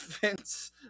vince